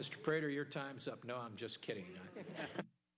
mr prager your time's up no i'm just kidding m